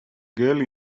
girl